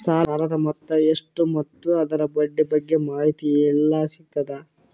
ಸಾಲದ ಮೊತ್ತ ಎಷ್ಟ ಮತ್ತು ಅದರ ಬಡ್ಡಿ ಬಗ್ಗೆ ಮಾಹಿತಿ ಎಲ್ಲ ಸಿಗತದ?